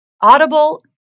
audible